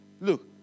look